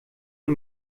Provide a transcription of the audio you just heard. mir